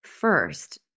first